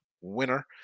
Winner